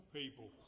people